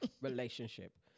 relationship